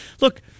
Look